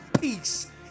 peace